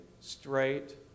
straight